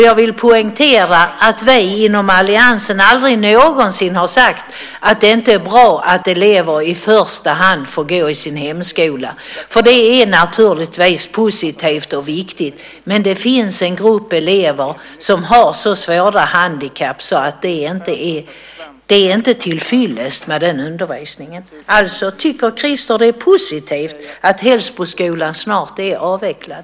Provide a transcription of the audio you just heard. Jag vill poängtera att vi inom alliansen aldrig någonsin har sagt att det inte är bra att elever i första hand får gå i sin hemskola. Det är naturligtvis positivt och viktigt. Men det finns en grupp elever som har så svåra handikapp att det är inte är tillfyllest med den undervisningen. Tycker Christer att det är positivt att Hällsboskolan snart är avvecklad?